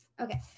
Okay